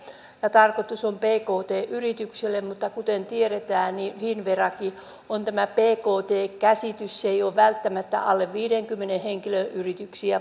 ja tarkoitus on pkt yrityksille mutta kuten tiedetään finnverallakin on tämä pkt käsitys se ei ole välttämättä alle viidenkymmenen henkilön yritykset